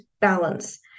balance